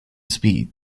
speed